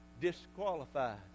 Disqualified